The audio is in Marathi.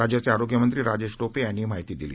राज्याचे आरोग्य मंत्री राजेश टोपे यांनी ही माहिती दिली